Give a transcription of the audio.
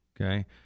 Okay